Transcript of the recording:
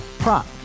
Prop